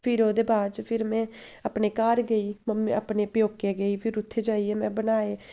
फिर ओह्दे बाद च फिर में अपने घर गेई मम्मी अपने प्योके गेई फिर उत्थै जाइयै में बनाए